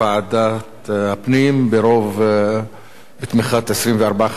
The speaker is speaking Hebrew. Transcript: להצעה לסדר-היום ולהעביר את הנושא לוועדת הפנים והגנת הסביבה נתקבלה.